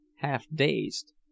half-dazed